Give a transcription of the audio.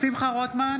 שמחה רוטמן,